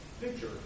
picture